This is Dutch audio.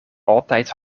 altijd